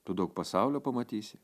tu daug pasaulio pamatysi